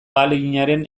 ahaleginaren